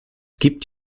gibt